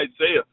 Isaiah